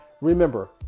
remember